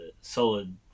solid